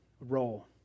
role